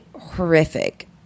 horrific